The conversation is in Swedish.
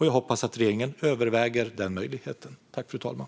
Jag hoppas att regeringen överväger den möjligheten.